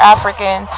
African